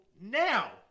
now